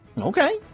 Okay